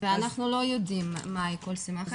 אנחנו לא יודעים מהי כל סיבה אחרת.